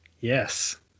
Yes